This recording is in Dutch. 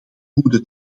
goede